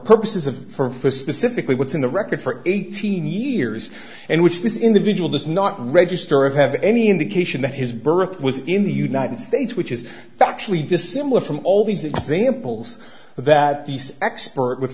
purposes of for specifically what's in the record for eighteen years and which this individual does not register of have any indication that his birth was in the united states which is actually dissimilar from all these examples that he's expert with